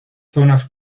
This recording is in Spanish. zonas